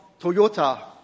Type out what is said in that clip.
Toyota